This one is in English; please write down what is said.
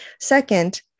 Second